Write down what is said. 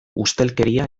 ustelkeria